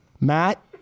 Matt